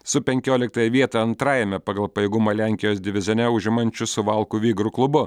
su penkioliktąją vietą antrajame pagal pajėgumą lenkijos divizione užimančiu suvalkų vigru klubu